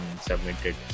submitted